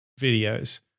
videos